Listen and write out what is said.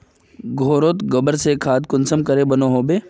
घोरोत गबर से खाद कुंसम के बनो होबे?